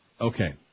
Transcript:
Okay